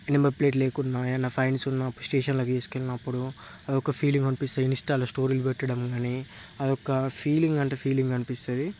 number plate లేకున్నా ఏమన్నా fines ఉన్నాస్టేషన్లొ తీసుకెళ్లినప్పుడు ఒక ఫీలింగ్ అనిపిస్తది ఇన్స్టాల్ స్టోరీ పెట్టడం గాని అదొక ఫీలింగ్ అంటే ఫీలింగ్ అనిపిస్తది